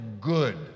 good